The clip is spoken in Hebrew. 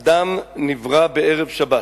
אדם נברא בערב שבת,